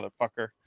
motherfucker